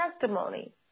testimony